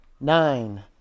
nine